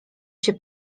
się